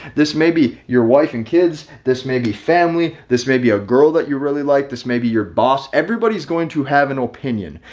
this may be your wife and kids, this may be family, this may be a girl that you really liked. this may be your boss, everybody's going to have an opinion.